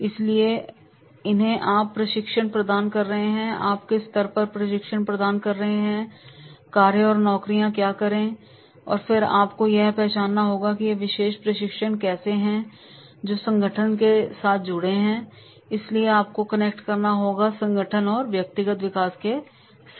इसलिए जिन्हें आप प्रशिक्षण प्रदान कर रहे हैं आप किस स्तर पर प्रशिक्षण प्रदान कर रहे हैं कार्य या नौकरियां क्या हैं और फिर आपको यह भी पहचानना होगा कि यह विशेष प्रशिक्षण कैसे है जो संगठन के विकास से जुड़े है इसलिए आपको कनेक्ट करना होगा संगठन और व्यक्तिगत विकास के साथ